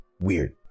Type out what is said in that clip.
Weird